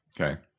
Okay